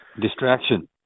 Distraction